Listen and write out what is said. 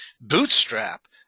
bootstrap